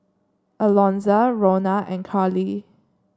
Alonza Rhona and Karli